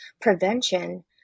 prevention